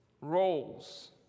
roles